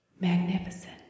Magnificent